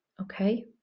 okay